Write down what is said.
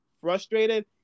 frustrated